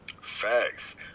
Facts